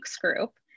group